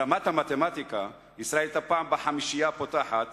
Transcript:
ברמת המתמטיקה ישראל היתה פעם בחמישייה הפותחת,